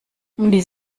die